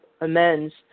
amends